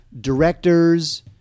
directors